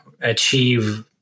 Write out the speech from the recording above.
achieve